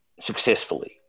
successfully